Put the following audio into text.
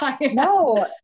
No